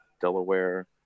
Delaware